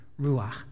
ruach